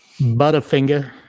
Butterfinger